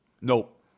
Nope